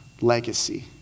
legacy